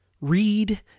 read